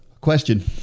Question